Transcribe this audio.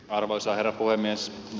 arvoisa herra puhemies